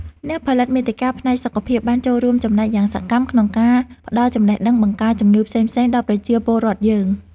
អ្នកផលិតមាតិកាផ្នែកសុខភាពបានចូលរួមចំណែកយ៉ាងសកម្មក្នុងការផ្ដល់ចំណេះដឹងបង្ការជំងឺផ្សេងៗដល់ប្រជាពលរដ្ឋយើង។